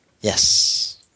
Yes